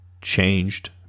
changed